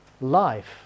life